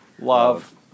love